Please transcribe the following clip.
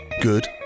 good